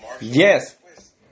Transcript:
Yes